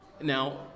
Now